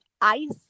ice